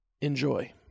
Enjoy